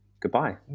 Goodbye